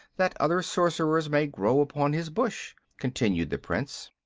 that other sorcerers may grow upon his bush, continued the prince.